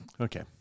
Okay